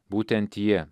būtent jie